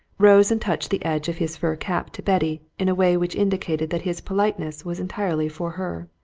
rose and touched the edge of his fur cap to betty in a way which indicated that his politeness was entirely for her.